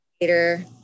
later